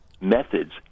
methods